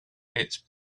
its